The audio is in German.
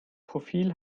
profil